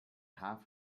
half